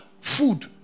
food